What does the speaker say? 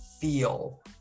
feel